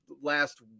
last